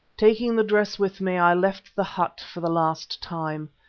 taking the dress with me, i left the hut for the last time.